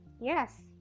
yes